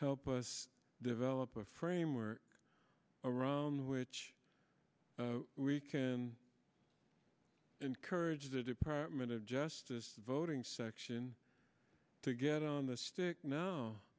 help us develop a frame or around which we can encourage the department of justice voting section to get on the stick